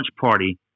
party